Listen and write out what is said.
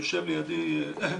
יושב לידי ---,